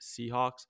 Seahawks